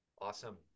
Awesome